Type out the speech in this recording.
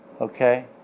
Okay